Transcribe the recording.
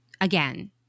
again